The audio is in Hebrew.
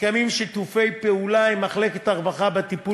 מתקיימים שיתופי פעולה עם מחלקת הרווחה בטיפול